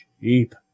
cheap